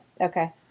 okay